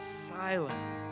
silent